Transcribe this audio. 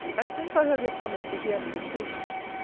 and since i have your promise to hear me with patience,